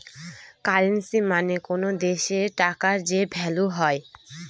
currency মানে কোনো দেশের টাকার যে ভ্যালু হয়